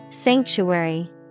Sanctuary